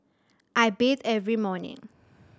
I bathe every morning